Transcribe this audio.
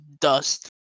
dust